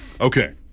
Okay